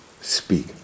speak